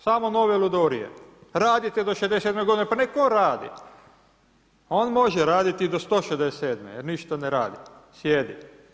Samo nove ludorije, radite do 67 godine, pa neka on radi, on može raditi i do 167 jer ništa ne radi, sjedi.